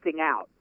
out